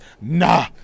Nah